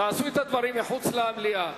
תעשו את הדברים מחוץ למליאה.